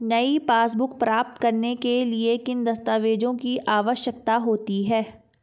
नई पासबुक प्राप्त करने के लिए किन दस्तावेज़ों की आवश्यकता होती है?